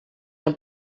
ein